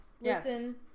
Listen